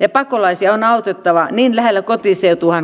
ja koko muukin nykyinen oppositio olivat hallituksessa